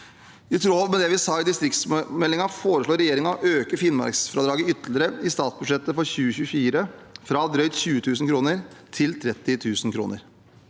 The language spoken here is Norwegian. I tråd med det vi sa i distriktsmeldingen, foreslår regjeringen å øke finnmarksfradraget ytterligere i stats budsjettet for 2024, fra drøyt 20 000 kr til 30 000 kr.